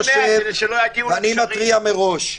אני מתריע מראש,